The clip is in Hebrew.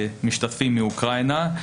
משתתפים מאוקראינה,